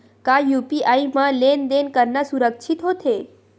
का यू.पी.आई म लेन देन करना सुरक्षित होथे?